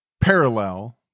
parallel